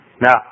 Now